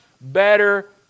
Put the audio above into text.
better